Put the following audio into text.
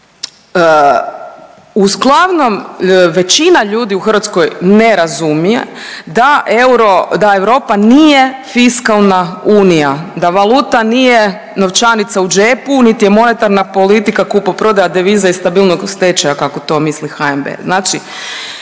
što u glavnom većina ljudi u Hrvatskoj ne razumije da euro, da Europa nije fiskalna unija, da valuta nije novčanica u džepu niti je monetarna politika kupoprodaja deviza i stabilnost tečaja kako to misli HNB. Znači